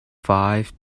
five